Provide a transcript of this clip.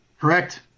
Correct